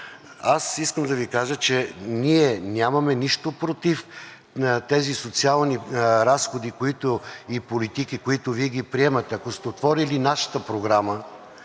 Аз искам да Ви кажа, че ние нямаме нищо против тези социални разходи и политики, които Вие ги приемате. Ако сте отворили нашата програма,